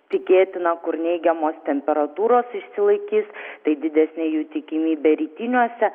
tikėtina kur neigiamos temperatūros išsilaikys tai didesnė jų tikimybė rytiniuose